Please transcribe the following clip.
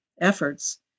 efforts